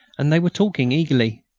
and they were talking eagerly.